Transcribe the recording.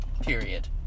period